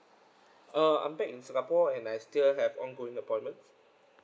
uh I'm back in singapore and I still have ongoing appointments